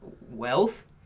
wealth